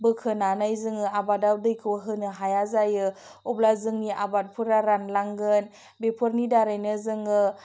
बोखोनानै जोङो आबादाव दैखौ होनो हाया जायो अब्ला जोंनि आबादफोरा रानलांगोन बेफोरनि दारैनो जोङो